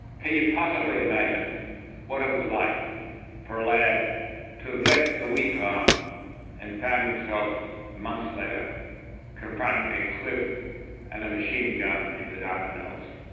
can you possibly imagine what it was like for a lad to have left the wheat farm and found himself months later confronting a cliff and a machine-gun in the dardanelles?